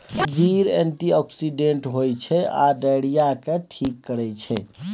जीर एंटीआक्सिडेंट होइ छै आ डायरिया केँ ठीक करै छै